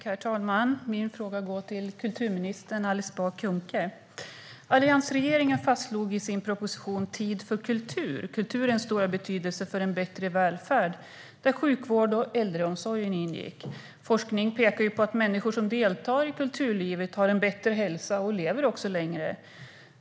Herr talman! Min fråga går till kulturminister Alice Bah Kuhnke. Alliansregeringen fastslog i sin proposition Tid för kultur kulturens stora betydelse för en bättre välfärd. Sjukvården och äldreomsorgen ingick. Forskning pekar på att människor som deltar i kulturlivet har en bättre hälsa och lever längre.